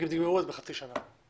תסיימו את זה בחצי שנה.